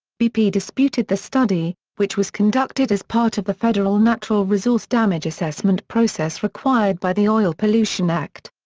bp disputed the study, which was conducted as part of the federal natural resource damage assessment process required by the oil pollution act.